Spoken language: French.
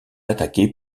attaqué